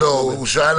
האקדמית.